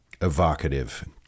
evocative